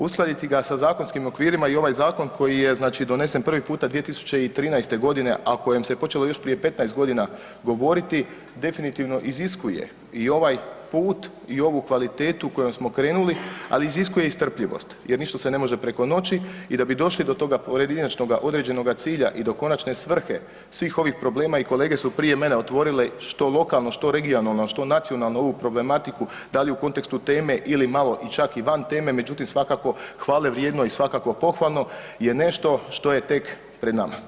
Uskladiti ga sa zakonskim okvirima i ovaj zakon koje je znači donesen prvi puta 2013. godine, a o kojim se počelo još prije 15 godina govoriti definitivno iziskuje i ovaj put i ovu kvalitetu kojom smo krenuli, ali iziskuje i strpljivost jer ništa se ne može preko noći i da bi došli do toga pojedinačnoga određenoga cilja i do konačne svrhe svih ovih problema i kolege su prije mene otvorile što lokalno, što regionalno, što nacionalno ovu problematiku da li u kontekstu teme ili malo čak i van teme, međutim svakako hvale vrijedno i svakako pohvalno je nešto što je tek pred nama.